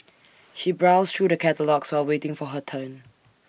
she browsed through the catalogues while waiting for her turn